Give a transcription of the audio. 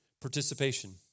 Participation